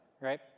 right